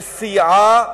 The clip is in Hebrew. שסייעה,